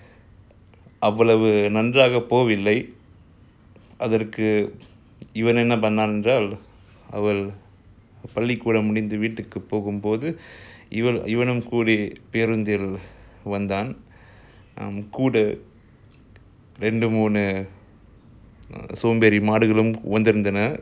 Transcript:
அவ்வளவுநன்றாகபோகவில்லைஅதற்குஇவன்என்னபண்னான்என்றால்அவள்பள்ளிக்கூடம்முடிந்துவீட்டுக்குபோகும்போதுஇவனும்கூடபேருந்தில்வந்தான்கூடரெண்டுமூணுசோம்பேறிமாடுகளும்வந்திருந்தன:avvalavu nanraga pogavillai adharku ivan enna pannan enral aval pallikoodam mudinthu veetuku varumpothu ivanum kooda perunthil vandhan kooda rendu moonu somberi madugalum vanthirunthana